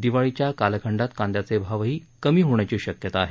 दिवाळीच्या कालखंडात कांद्याचे भावही कमी होण्याची शक्यता आहे